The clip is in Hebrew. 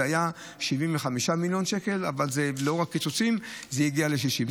זה היה 75 מיליון שקלים אבל לאור הקיצוצים זה הגיע ל-60.